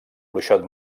bruixot